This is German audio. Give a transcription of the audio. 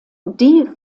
die